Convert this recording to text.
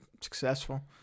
successful